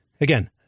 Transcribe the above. again